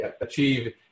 achieve